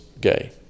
gay